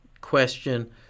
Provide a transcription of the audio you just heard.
question